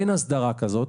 אין הסדרה כזאת,